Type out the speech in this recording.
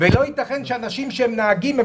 אני רואה צורך מאוד גדול לומר שהיו אליי פניות